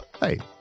Hey